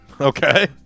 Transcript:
Okay